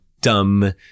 dumb